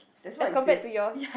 as compare to yours